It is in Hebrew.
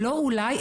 לא אולי,